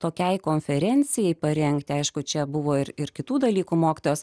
tokiai konferencijai parengti aišku čia buvo ir ir kitų dalykų mokytojas